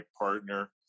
partner